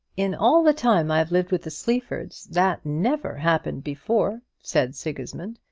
in all the time i've lived with the sleafords, that never happened before, said sigismund.